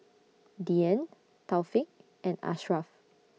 Dian Taufik and Ashraf